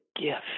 gift